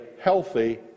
healthy